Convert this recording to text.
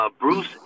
Bruce